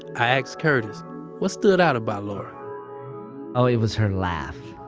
i asked curtis what stood out about laura well, it was her laugh.